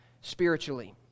spiritually